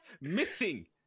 Missing